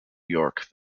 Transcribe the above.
york